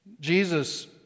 Jesus